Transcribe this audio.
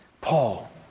Paul